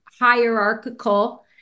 hierarchical